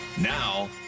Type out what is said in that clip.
Now